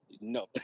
No